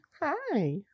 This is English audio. Hi